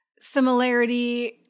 similarity